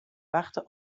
wachte